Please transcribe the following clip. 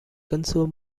console